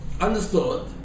understood